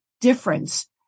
difference